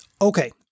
Okay